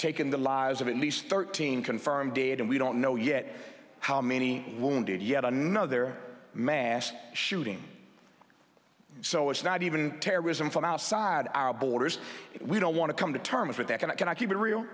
taken the lives of at least thirteen confirmed dead and we don't know yet how many wounded yet another mass shooting so it's not even terrorism from outside our borders we don't want to come to terms with that and i keep it real